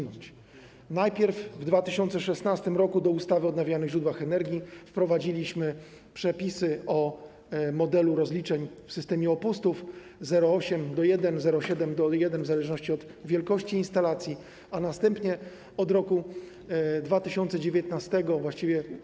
Najpierw w 2016 r. do ustawy o odnawialnych źródłach energii wprowadziliśmy przepisy o modelu rozliczeń w systemie upustów - 0,8 do 1, 0,7 do 1 w zależności od wielkości instalacji - a następnie od roku 2019.